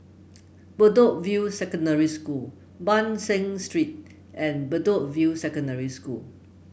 Bedok View Secondary School Ban San Street and Bedok View Secondary School